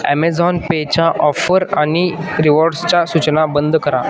Amazon पेच्या offer आणि रिवॉर्ड्सच्या सूचना बंद करा